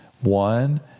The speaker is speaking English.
One